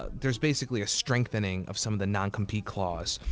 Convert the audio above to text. ah there's basically a strengthening of some of the non-compete clause,